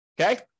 Okay